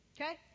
Okay